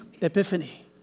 Epiphany